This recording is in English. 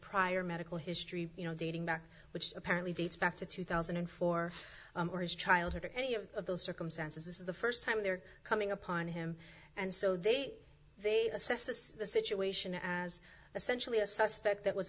prior medical history you know dating back which apparently dates back to two thousand and four or his childhood or any of those circumstances this is the first time they're coming upon him and so they they assess this situation as essentially a suspect that was